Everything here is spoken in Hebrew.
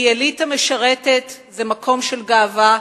כי אליטה משרתת זה מקום של גאווה.